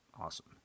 Awesome